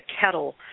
kettle